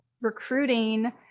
recruiting